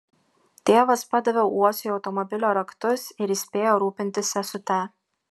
tėvas padavė uosiui automobilio raktus ir įspėjo rūpintis sesute